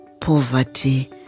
poverty